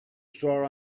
star